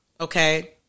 Okay